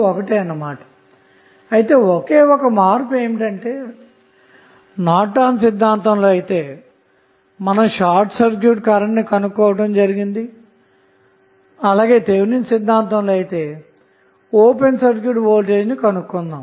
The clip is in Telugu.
ఒకే ఒక మార్పు ఏమిటంటే నార్టన్ సిద్ధాంతం లో అయితే షార్ట్ సర్క్యూట్ కరెంట్ ను కనుగొంటాము అదే థెవినిన్ సిద్ధాంతం లో అయితే ఓపెన్ సర్క్యూట్ వోల్టేజ్ ను కనుగొంటాము